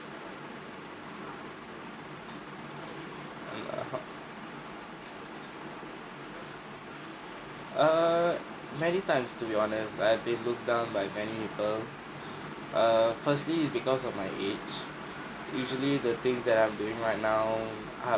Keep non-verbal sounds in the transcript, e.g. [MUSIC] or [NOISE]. um (uh huh) err many times to be honest I've been looked down by many people [BREATH] err usually it's because of my age [BREATH] usually the things that I'm doing right now help